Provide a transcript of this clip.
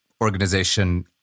organization